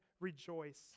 rejoice